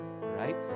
right